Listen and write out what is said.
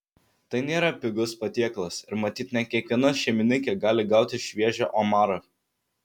tai nėra pigus patiekalas ir matyt ne kiekviena šeimininkė gali gauti šviežią omarą